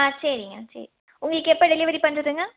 ஆ சரிங்க சரி உங்களுக்கு எப்போ டெலிவரி பண்றதுங்க